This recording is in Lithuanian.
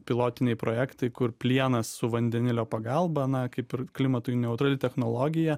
pilotiniai projektai kur plienas su vandenilio pagalba na kaip ir klimatui neutrali technologija